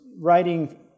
writing